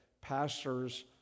pastors